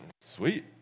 sweet